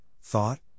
thought